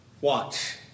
Watch